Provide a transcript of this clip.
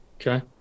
Okay